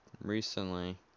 recently